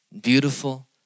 beautiful